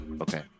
Okay